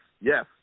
Yes